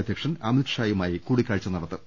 അധ്യക്ഷൻ അമിത്ഷായുമായി കൂടിക്കാഴ്ച നടത്തും